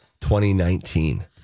2019